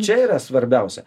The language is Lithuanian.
čia yra svarbiausia